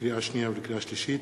לקריאה שנייה ולקריאה שלישית: